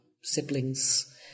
siblings